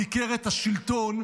ביקר את השלטון,